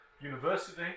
university